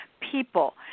people